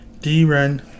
D-Ren